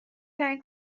ترین